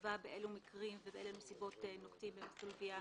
שתקבע באילו מקרים ובאילו נסיבות נוקטים במסלול גבייה